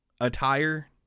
attire